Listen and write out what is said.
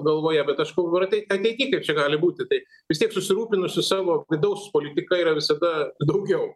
galvoje bet aš kalbu ir ateity kaip čia gali būti tai vis tiek susirūpinusių savo vidaus politika yra visada daugiau